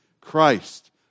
Christ